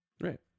right